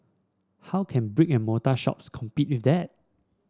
how can brick and mortar shops compete with that